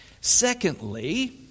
Secondly